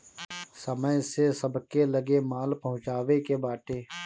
समय से सबके लगे माल पहुँचावे के बाटे